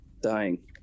dying